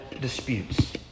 disputes